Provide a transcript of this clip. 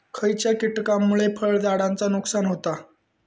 खयच्या किटकांमुळे फळझाडांचा नुकसान होता?